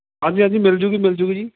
ਹਾਂਜੀ ਹਾਂਜੀ ਮਿਲ ਜੂਗੀ ਮਿਲ ਜੂਗੀ ਜੀ